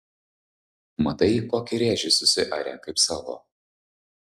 matai kokį rėžį susiarė kaip savo